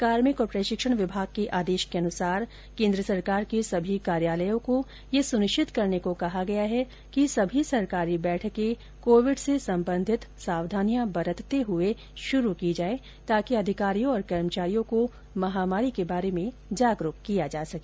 कार्मिक और प्रशिक्षण विभाग के आदेश के अनुसार केंद्र सरकार के सभी कार्यालयों को यह सुनिश्चित करने को कहा गया है कि सभी सरकारी बैठकें कोविड से संबंधित सावधानियां बरतते हुए शुरू की जाएं ताकि अधिकारियों और कर्मचारियों को महामारी के बारे में जागरूक किया जा सके